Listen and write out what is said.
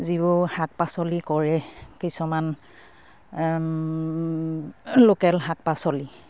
যিবোৰ শাক পাচলি কৰে কিছুমান লোকেল শাক পাচলি